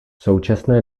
současné